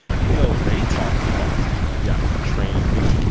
even though they talked me farsi. yeah. trained me.